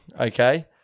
okay